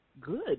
good